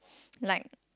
like